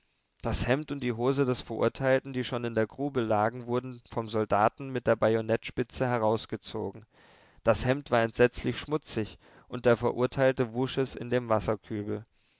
das hemd und die hose des verurteilten die schon in der grube lagen wurden vom soldaten mit der bajonettspitze herausgezogen das hemd war entsetzlich schmutzig und der verurteilte wusch es in dem wasserkübel